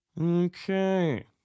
Okay